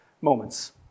moments